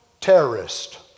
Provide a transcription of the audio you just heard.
terrorist